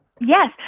Yes